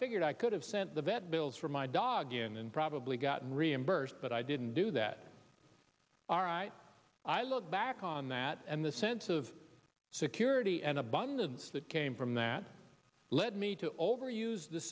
figured i could have sent the vet bills for my dog and probably got reimbursed but i didn't do that all right i look back on that and the sense of security and abundance that came from that led me to overuse the